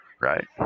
Right